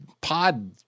pod